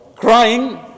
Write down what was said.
Crying